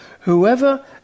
whoever